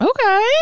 Okay